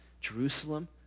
Jerusalem